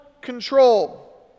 control